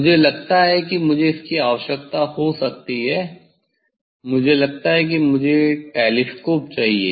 मुझे लगता है कि मुझे इसकी आवश्यकता हो सकती है मुझे लगता है कि मुझे टेलीस्कोप चाहिए